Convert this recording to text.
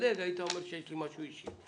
לאורחים שבאו מרחוק.